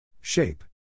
Shape